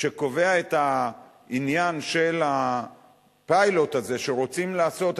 שקובע את העניין של הפיילוט הזה שרוצים לעשות,